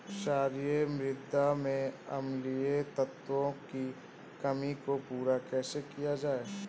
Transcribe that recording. क्षारीए मृदा में अम्लीय तत्वों की कमी को पूरा कैसे किया जाए?